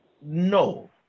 No